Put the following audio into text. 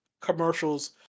commercials